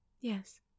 Yes